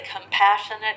compassionate